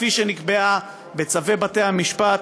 כפי שנקבעה בצווי בתי-המשפט,